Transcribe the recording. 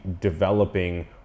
developing